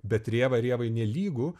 bet rėva rėvai nelygu